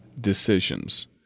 decisions